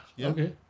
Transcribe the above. Okay